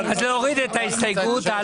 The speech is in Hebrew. אז להוריד את ההסתייגות.